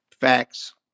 facts